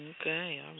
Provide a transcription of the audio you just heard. Okay